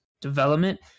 development